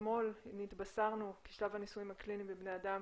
אתמול התבשרנו כי שלב הניסויים הקליניים בבני אדם